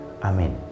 Amen